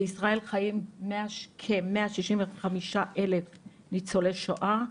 בישראל חיים כמאה שישים וחמישה אלף ניצולי שואה.